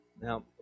now